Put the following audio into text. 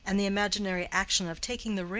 and the imaginary action of taking the ring,